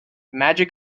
magic